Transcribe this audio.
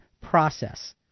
process